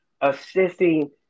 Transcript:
assisting